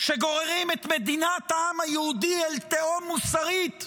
שגוררים את מדינת העם היהודי אל תהום מוסרית.